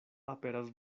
aperas